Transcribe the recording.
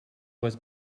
was